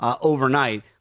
overnight